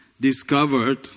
discovered